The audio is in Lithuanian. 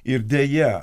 ir deja